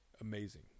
amazing